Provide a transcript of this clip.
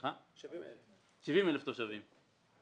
70,000. המספר הזה